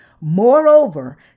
Moreover